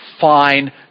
fine